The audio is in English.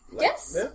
Yes